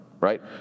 right